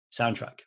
soundtrack